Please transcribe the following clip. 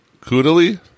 Kudali